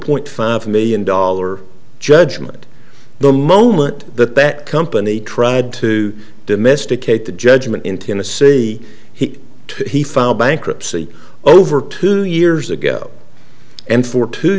point five million dollar judgment the moment that that company tried to domesticate the judgment in tennessee he he filed bankruptcy over two years ago and for two